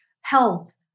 health